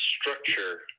structure